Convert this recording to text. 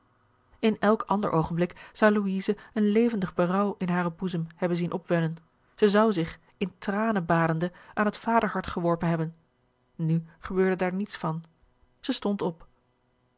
in elk ander oogenblik zou louise een levendig berouw in haren boezem hebben zien opwellen zij zou zich in tranen badende aan het vaderhart geworpen hebben nu gebeurde daar niets van zij stond op